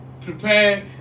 prepare